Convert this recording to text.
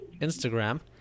Instagram